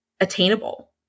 attainable